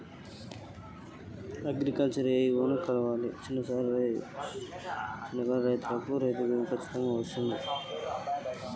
చిన్న సన్నకారు రైతులకు రైతు బీమా వర్తిస్తదా అది ఎలా తెలుసుకోవాలి?